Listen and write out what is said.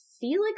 Felix